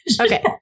Okay